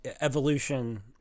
evolution